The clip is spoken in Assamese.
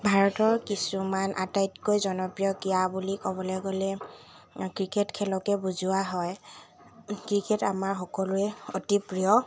ভাৰতৰ কিছুমান আটাইতকৈ জনপ্ৰিয় ক্ৰীড়া বুলি ক'বলৈ গ'লে ক্ৰিকেট খেলকে বুজোৱা হয় ক্ৰিকেট আমাৰ সকলোৰে অতি প্ৰিয়